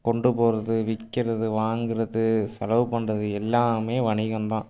கொண்டு போவது விற்கிறது வாங்குறது செலவு பண்ணுறது எல்லாமே வணிகம்தான்